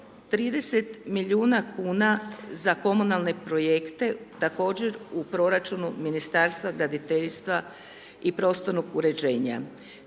30 milijuna kuna za komunalne projekte, također u proračunu Ministarstva graditeljstva i prostornog uređenja.